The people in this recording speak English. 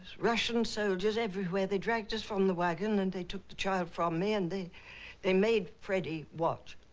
russian soldiers everywhere they dragged us from the wagon and they took the child from me and they they made freddie watch.